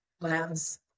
labs